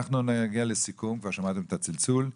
אנחנו נגיע לסיכום, כבר שמעתם את הצלצול.